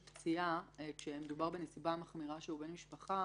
של פציעה כשמדובר בנסיבה מחמירה שהוא בן משפחה